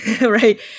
right